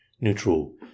Neutral